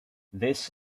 this